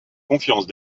confiance